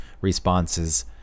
responses